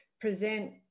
present